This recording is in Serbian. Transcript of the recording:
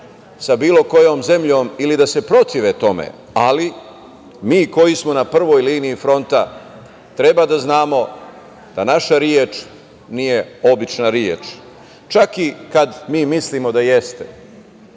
sa bilo kojom zemljom ili da se protive tome, ali mi koji smo na prvoj liniji fronta, treba da znamo da naša reč nije obična reč, čak i kad mi mislimo da jeste. Naša